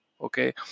okay